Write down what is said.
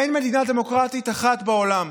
אין מדינה דמוקרטית אחת בעולם,